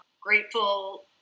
grateful